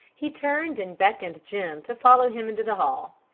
he turned and beckoned jim to follow him into the hall.